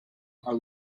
are